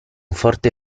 forte